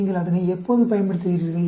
நீங்கள் அதனை எப்போது பயன்படுத்துகிறீர்கள்